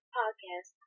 podcast